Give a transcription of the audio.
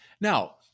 Now